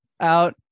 out